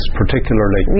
particularly